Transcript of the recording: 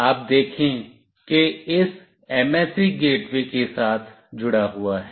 आप देखें कि इस MSC गेटवे के साथ जुड़ा हुआ है